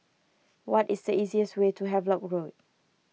what is the easiest way to Havelock Road